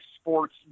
sports